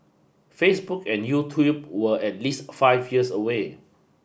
Facebook and YouTube were at least five years away